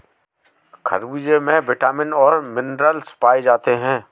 खरबूजे में विटामिन और मिनरल्स पाए जाते हैं